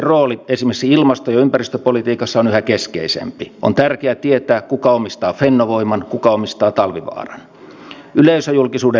senpä takia kun täällä on puhuttu kotouttamisesta on paljon tärkeämpää että saadaan nämä palautuspäätökset nopeasti toimeen